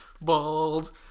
bald